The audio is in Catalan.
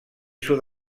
sud